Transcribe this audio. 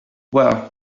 well